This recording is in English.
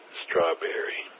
strawberry